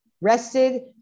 Rested